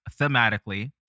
thematically